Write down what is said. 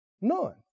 None